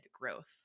growth